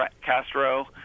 Castro